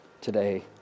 today